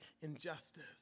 injustice